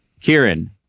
Kieran